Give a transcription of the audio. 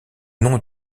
nom